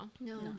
no